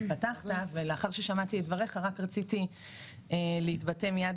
לאחר ששמעתי את דבריך רציתי להתבטא מייד